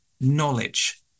knowledge